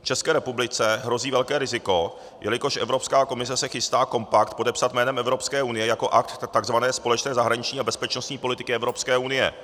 České republice hrozí velké riziko, jelikož Evropská komise se chystá kompakt podepsat jménem Evropské unie jako akt takzvané společné zahraniční a bezpečnostní politiky Evropské unie.